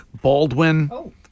Baldwin